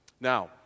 now